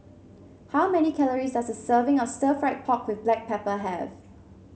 how many calories does a serving of Stir Fried Pork with Black Pepper have